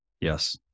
Yes